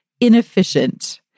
inefficient